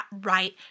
right